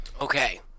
Okay